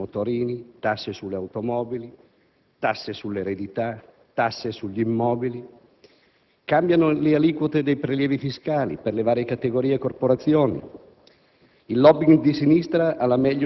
tasse sui Suv, tasse sui motorini, tasse sulle automobili, tasse sull'eredità, tasse sugli immobili. Cambiano le aliquote dei prelievi fiscali per le varie categorie e corporazioni.